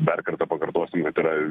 dar kartą pakartosim tai yra